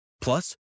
Plus